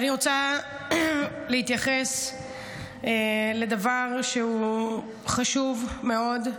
אני רוצה להתייחס לדבר שהוא חשוב מאוד.